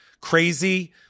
crazy